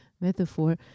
metaphor